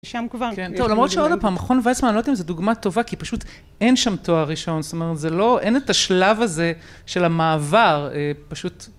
שם כבר. כן, טוב, למרות שעוד הפעם, מכון ויצמן, אני לא יודע אם זו דוגמה טובה, כי פשוט אין שם תואר ראשון, זאת אומרת, זה לא, אין את השלב הזה של המעבר, פשוט...